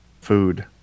Food